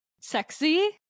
sexy